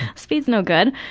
speed's no good.